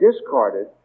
discarded